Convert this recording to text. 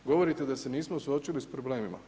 Govorite da se nismo suočili sa problemima?